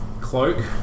cloak